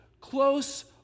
close